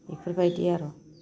इफोरबायदि आर'